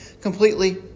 completely